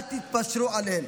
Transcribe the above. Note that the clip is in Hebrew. אל תתפשרו עליהם.